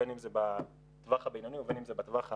בין אם זה בטווח הבינוני ובין אם זה בטווח הארוך,